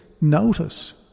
notice